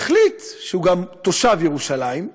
הם יחליטו שהם גם תושבי ירושלים,